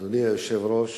אדוני היושב-ראש,